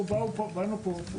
באנו לפה.